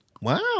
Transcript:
Wow